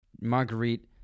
Marguerite